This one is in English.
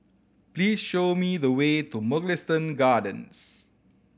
please show me the way to Mugliston Gardens